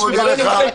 ניפגש ב- -- סגלוביץ'.